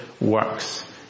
works